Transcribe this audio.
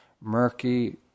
murky